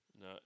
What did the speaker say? No